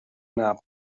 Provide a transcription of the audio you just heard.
nap